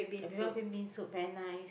I prefer green bean soup very nice